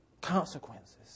Consequences